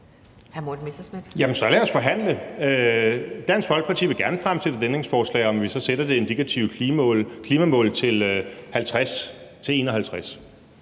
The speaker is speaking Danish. så lad os forhandle. Dansk Folkeparti vil gerne stille et ændringsforslag om, at vi så sætter det indikative klimamål på 50